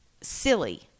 silly